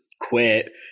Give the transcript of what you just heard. quit